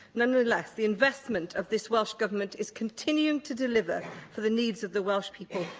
nonetheless, the investment of this welsh government is continuing to deliver for the needs of the welsh people,